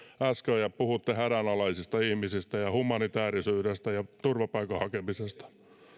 äsken puhuitte hädänalaisista ihmisistä ja humanitäärisyydestä ja turvapaikan hakemisesta